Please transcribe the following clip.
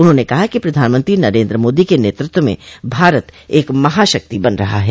उन्होंने कहा कि प्रधानमंत्री नरेन्द्र मोदी के नेतृत्व में भारत एक महाशक्ति बन रहा है